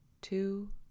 two